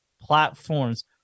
platforms